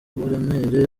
uburemere